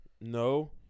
No